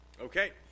Okay